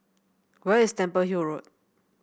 where is Temple Hill Road